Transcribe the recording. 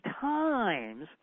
times